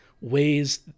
ways